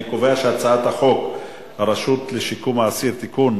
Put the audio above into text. אני קובע שהצעת חוק הרשות לשיקום האסיר (תיקון),